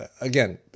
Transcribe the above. again